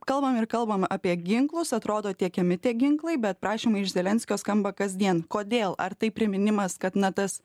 kalbam ir kalbam apie ginklus atrodo tiekiami tie ginklai bet prašymai iš zelenskio skamba kasdien kodėl ar tai priminimas kad na tas